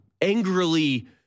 angrily